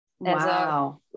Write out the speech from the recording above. Wow